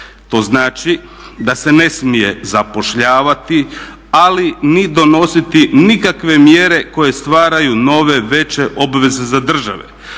To znači da se ne smije zapošljavati, ali ni donositi nikakve mjere koje stvaraju nove, veće obveze za državu.